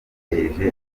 byateje